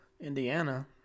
Indiana